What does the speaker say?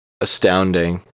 astounding